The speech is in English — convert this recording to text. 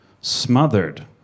Smothered